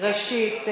ראשית,